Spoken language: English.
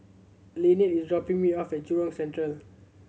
Linette is dropping me off at Jurong Central